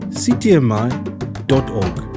ctmi.org